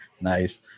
nice